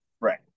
right